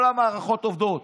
כל המערכות עובדות.